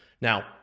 Now